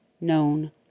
known